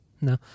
No